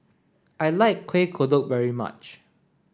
I like Kuih Kodok very much